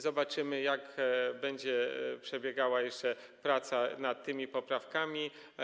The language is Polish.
Zobaczymy, jak będzie przebiegała praca nad tymi poprawkami.